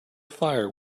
fire